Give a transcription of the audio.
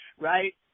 right